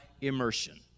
immersion